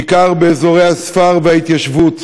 בעיקר באזורי הספר וההתיישבות.